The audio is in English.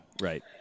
right